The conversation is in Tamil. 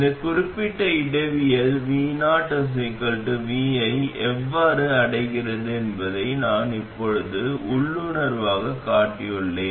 இந்த குறிப்பிட்ட இடவியல் vo vi ஐ எவ்வாறு அடைகிறது என்பதை நான் இப்போது உள்ளுணர்வாகக் காட்டியுள்ளேன்